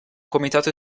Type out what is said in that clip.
comitato